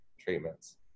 treatments